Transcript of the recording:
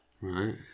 Right